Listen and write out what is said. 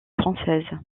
française